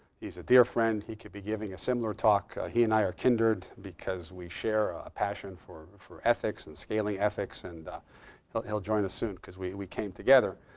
he's a dear friend. he could be giving a similar talk. he and i are kindred, because we share a passion for for ethics and scaling ethics. and he'll he'll join us soon because we we came together.